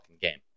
game